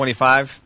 25